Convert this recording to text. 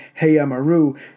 Heyamaru